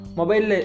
mobile